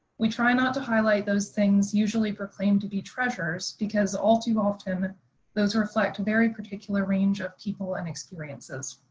we try not to highlight those things usually proclaimed to be treasures because all to often those reflect very particular range of people and experiences.